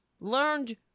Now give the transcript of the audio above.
learned